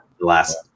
last